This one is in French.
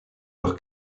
leur